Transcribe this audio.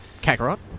Kakarot